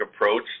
approach